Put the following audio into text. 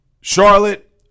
Charlotte